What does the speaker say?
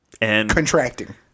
contracting